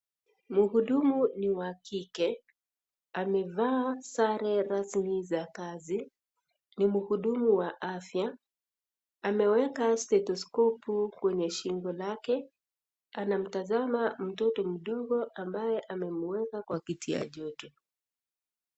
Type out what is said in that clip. Mhudumu ni wa kike amevaa sare rasmi za kazi mhudumu wa afya. Ameweka stetoskopu kwenye shingo lake anamtazama mtoto mdogo ambaye amemweka kwa kitu ya joto.